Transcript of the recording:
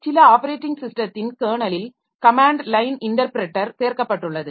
சில ஆப்பரேட்டிங் ஸிஸ்டத்தின் கெர்னலில் கமேன்ட் லைன் இன்டர்ப்ரெட்டர் சேர்க்கப்பட்டுள்ளது